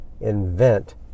invent